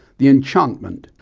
the enchantment,